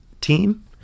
team